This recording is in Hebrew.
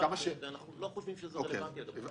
אנחנו לא חושבים שזה רלוונטי לגבינו.